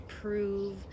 prove